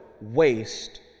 waste